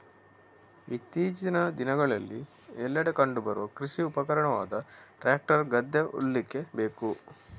ಇತ್ತೀಚಿನ ದಿನಗಳಲ್ಲಿ ಎಲ್ಲೆಡೆ ಕಂಡು ಬರುವ ಕೃಷಿ ಉಪಕರಣವಾದ ಟ್ರಾಕ್ಟರ್ ಗದ್ದೆ ಉಳ್ಳಿಕ್ಕೆ ಬೇಕು